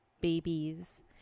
babies